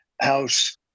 House